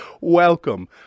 welcome